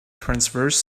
transverse